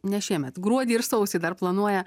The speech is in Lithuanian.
ne šiemet gruodį ir sausį dar planuoja